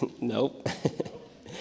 Nope